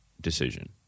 decision